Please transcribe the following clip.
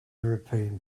european